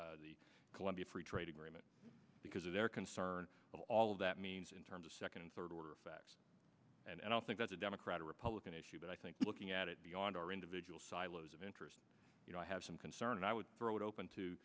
the colombia free trade agreement because of their concern of all of that means in terms of second and third order effects and i don't think that's a democrat or republican issue but i think looking at it beyond our individual silos of interest you know i have some concern and i would throw it open to